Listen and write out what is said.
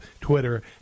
Twitter